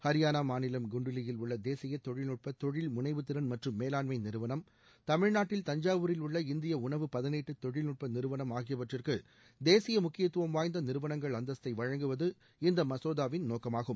ஹரியானா மாநிலம் குண்டுலியில் உள்ள தேசிய தொழில்நுட்ப தொழில் முனைவுத்திறன் மற்றும் மேலாண்ம் நிறுவனம் தமிழ்நாட்டில் தஞ்சாவூரில் உள்ள இந்திய உணவு பதளீட்டு தொழில்நுட்ப நிறுவனம் ஆகியவற்றுக்கு தேசிய முக்கியத்துவம் வாய்ந்த நிறுவனங்கள் அந்தஸ்த்தை வழங்குவது இந்த மசோதாவில் நோக்கமாகும்